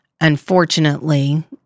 unfortunately